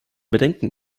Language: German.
bedenken